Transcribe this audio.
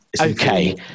Okay